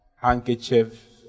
handkerchief